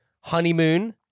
honeymoon